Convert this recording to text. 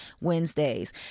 Wednesdays